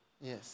Yes